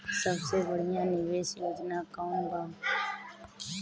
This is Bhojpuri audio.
सबसे बढ़िया निवेश योजना कौन बा?